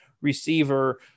receiver